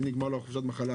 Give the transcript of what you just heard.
אם נגמרה לו חופשת המחלה,